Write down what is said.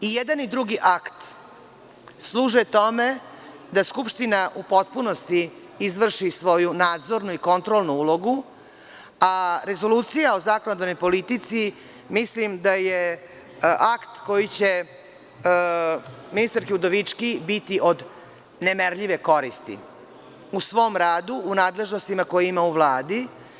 I jedan i drugi akt služe tome da Skupština u potpunosti izvrši svoju nadzornu i kontrolnu ulogu, a Rezolucija o zakonodavnoj politici mislim da je akt koji će ministarki Udovički biti od merljive koristi u svom radu, u nadležnostima koje ima u Vladi.